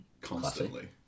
constantly